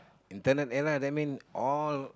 internet era that mean all